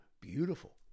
beautiful